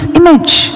image